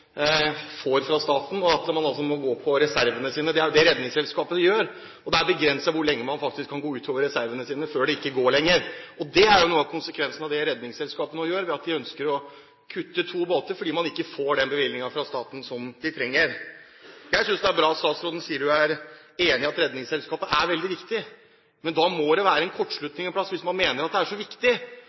får fra staten, at man altså må gå på reservene sine. Det er jo det Redningsselskapet gjør, og det er begrenset hvor lenge man faktisk kan gå utover reservene sine før det ikke går lenger. Det er jo en konsekvens av det at Redningsselskapet nå ønsker å kutte med to båter fordi man ikke får den bevilgningen fra staten som de trenger. Jeg synes det er bra at statsråden sier at hun er enig i at Redningsselskapet er veldig viktig, men da må det være en kortslutning et sted, når man mener at det er så viktig